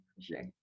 sure